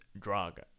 drug